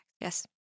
Yes